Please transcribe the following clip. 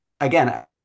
again